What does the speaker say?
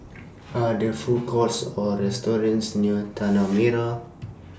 Are There Food Courts Or restaurants near Tanah Merah